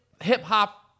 hip-hop